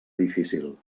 difícil